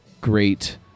great